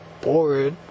bored